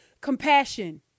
compassion